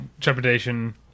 trepidation